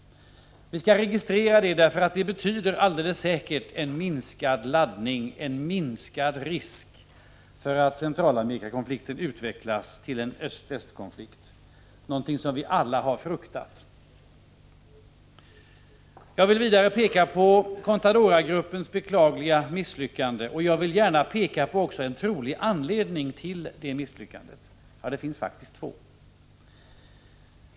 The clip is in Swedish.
Vi skall registrera det, eftersom det utan tvivel betyder en minskad laddning, en minskad risk för att Centralamerikakonflikten utvecklas till en öst-väst-konflikt — något som vi alla har fruktat. Jag vill vidare peka på Contadoragruppens beklagliga misslyckande och gärna också på en trolig anledning till detta misslyckande; ja, det finns faktiskt två.